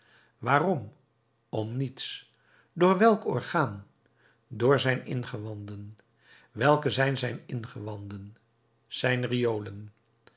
waarom om niets door welk orgaan door zijn ingewanden welke zijn zijn ingewanden zijn riolen